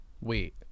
Wait